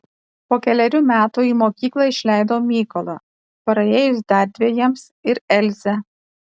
po kelerių metų į mokyklą išleidau mykolą praėjus dar dvejiems ir elzę